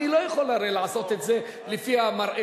אני הרי לא יכול לעשות את זה לפי המראה,